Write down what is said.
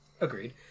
Agreed